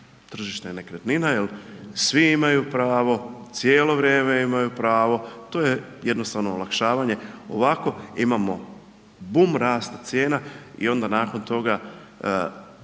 tržište nekretnina jer svi imaju pravo, cijelo vrijeme imaju pravo, to je jednostavno olakšavanje, ovako imamo bum rasta cijena i onda nakon toga